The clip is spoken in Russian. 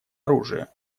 оружия